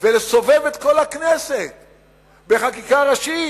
ולסובב את כל הכנסת בחקיקה ראשית.